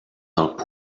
alt